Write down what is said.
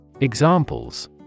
Examples